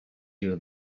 you